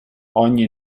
ogni